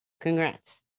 Congrats